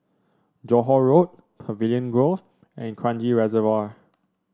Johore Road Pavilion Grove and Kranji Reservoir